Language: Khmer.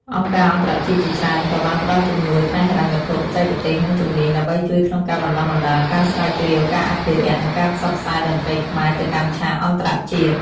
អង្គការអន្តរជាតិជាច្រើន ក៏បានផ្តល់ជំនួយផ្នែកហិរញ្ញវត្ថុ បច្ចេកទេស និងជំនាញ ដើម្បីជួយក្នុងការបណ្តុះបណ្តាល ការស្រាវជ្រាវ ការអភិរក្ស និងការផ្សព្វផ្សាយតន្ត្រីខ្មែរទៅកាន់ឆាកអន្តរជាតិ។